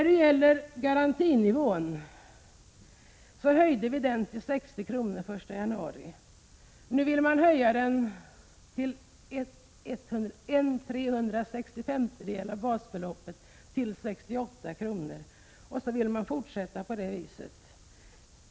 Vi höjde garantisumman till 60 kr. den 1 januari i år. Nu vill man höja den med en trehundrasextiofemtedel av basbeloppet till 68 kr., och sedan vill man fortsätta på det sättet.